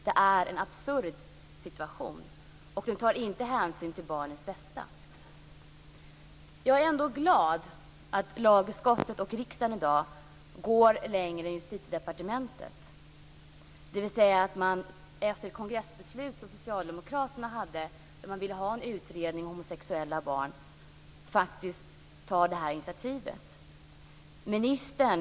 Det är en absurd situation, och man tar inte hänsyn till barnens bästa. Jag är ändå glad att lagutskottet och riksdagen i dag går längre än Justitiedepartementet, dvs. att man efter Socialdemokraternas kongressbeslut om att man ville ha en utredning om homosexuellas barn tar detta initiativ.